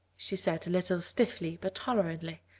she said a little stiffly but tolerantly.